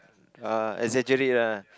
err exaggerate lah